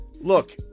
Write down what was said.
look